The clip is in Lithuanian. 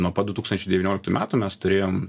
nuo pat du tūkstančiai devynioliktų metų mes turėjom